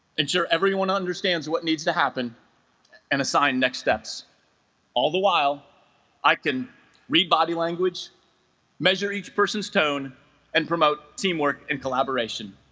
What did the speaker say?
ensure everyone understands what needs to happen and assign next steps all the while i can read body language measure each person's tone and promote teamwork and collaboration